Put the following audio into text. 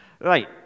Right